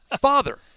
father